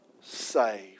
saved